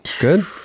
good